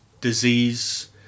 disease